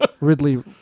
Ridley